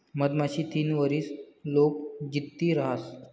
मधमाशी तीन वरीस लोग जित्ती रहास